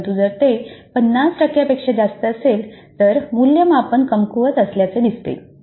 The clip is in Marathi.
परंतु जर ते 50 टक्क्यांपेक्षा जास्त असेल तर मूल्यमापन कमकुवत असल्याचे दिसते